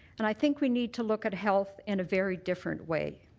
and i think we need to look at health in a very different way.